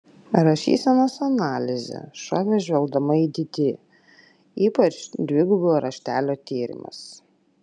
rašysenos analizė šovė žvelgdama į didi ypač dvigubo raštelio tyrimas